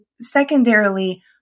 secondarily